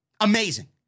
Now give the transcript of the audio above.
amazing